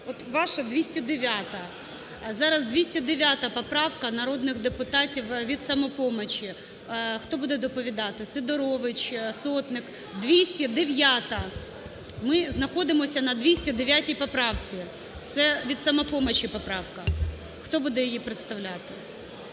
ваша 209-а. Зараз 209-а поправка народних депутатів від "Самопомочі". Хто буде доповідати? Сидорович, Сотник… 209-а. Ми знаходимося на 209 поправці. Це від "Самопомочі" поправка. Хто її буде її представляти?